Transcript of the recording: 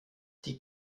die